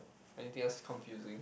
anything else confusing